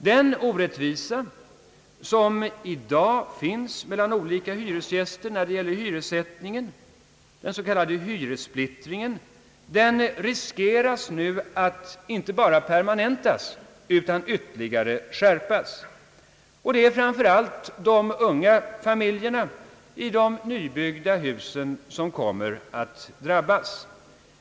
Den orättvisa som i dag finns mellan olika hyresgäster i fråga om hyressättningen, den s.k. hyressplittringen, riskerar nu att inte bara permanentas, utan att ytterligare skärpas. Det är framför allt de unga familjerna i de nybyggda husen som drabbas.